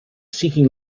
seeking